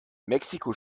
mexiko